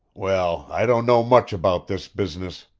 well, i don't know much about this business,